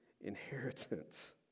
inheritance